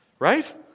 Right